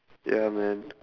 ya man